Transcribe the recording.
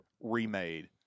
remade